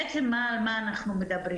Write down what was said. בעצם על מה אנחנו מדברים?